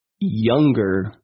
younger